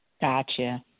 Gotcha